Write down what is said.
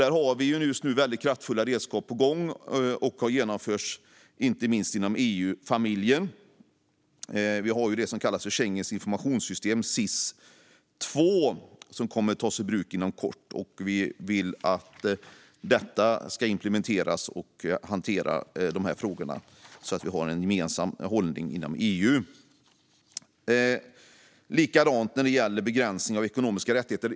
Där har vi just nu väldigt kraftfulla redskap på gång; de genomförs inte minst inom EU-familjen. Det som kallas för Schengens informationssystem, SIS II, kommer att tas i bruk inom kort, och vi vill att det ska implementeras och hantera dessa frågor så att vi har en gemensam hållning inom EU. Detsamma gäller begränsning av ekonomiska rättigheter.